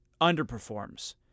underperforms